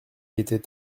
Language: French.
était